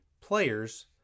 players